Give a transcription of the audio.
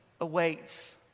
awaits